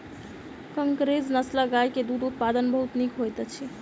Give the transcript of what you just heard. कंकरेज नस्लक गाय के दूध उत्पादन बहुत नीक होइत अछि